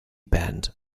band